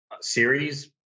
series